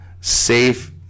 safe